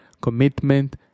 commitment